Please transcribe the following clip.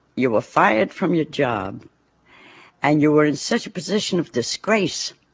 you were fired from your job and you were in such a position of disgrace